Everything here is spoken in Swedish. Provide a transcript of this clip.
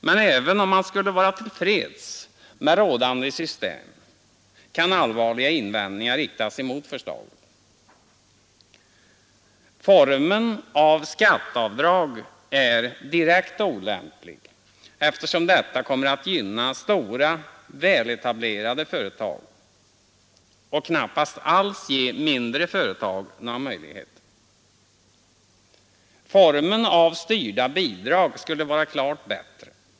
Men även om man skulle vara till freds med rådande system, kan allvarliga anmärkningar riktas mot förslaget. Formen av skatteavdrag är direkt olämplig, eftersom den kommer att gynna stora väletablerade företag och knappast alls ge mindre företag några möjligheter. Formen av styrda bidrag skulle vara klart bättre.